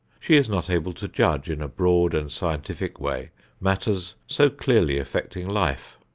she is not able to judge in a broad and scientific way matters so clearly affecting life.